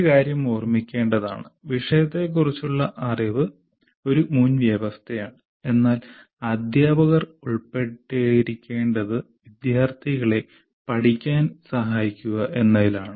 ഒരു കാര്യം ഓർമ്മിക്കേണ്ടതാണ് വിഷയത്തെക്കുറിച്ചുള്ള അറിവ് ഒരു മുൻവ്യവസ്ഥയാണ് എന്നാൽ അധ്യാപകർ ഉൾപ്പെട്ടിരിക്കേണ്ടത് വിദ്യാർത്ഥികളെ പഠിക്കാൻ സഹായിക്കുക എന്നതിലാണ്